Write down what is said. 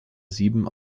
sieben